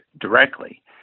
directly